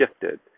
shifted